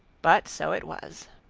but so it was.